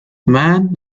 man